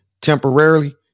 temporarily